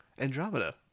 andromeda